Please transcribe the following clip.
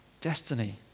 destiny